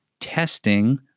testing